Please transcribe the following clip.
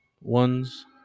ones